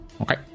Okay